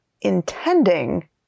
intending